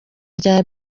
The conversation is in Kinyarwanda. rya